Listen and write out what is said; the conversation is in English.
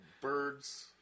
birds